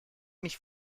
mich